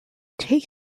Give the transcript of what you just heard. take